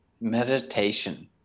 meditation